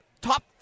Top